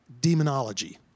demonology